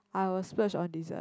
I will splurge on dessert